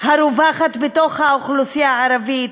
הרווחת בתוך האוכלוסייה הערבית,